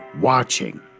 Watching